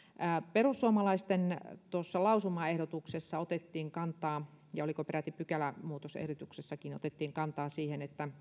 perussuomalaisten lausumaehdotuksessa otettiin kantaa ja otettiinko peräti pykälämuutosehdotuksessakin siihen että